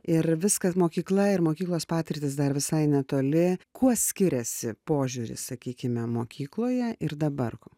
ir viskas mokykla ir mokyklos patirtys dar visai netoli kuo skiriasi požiūris sakykime mokykloje ir dabar